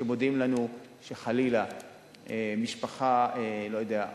כשמודיעים לנו שחלילה משפחה, לא יודע,